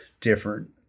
different